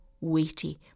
weighty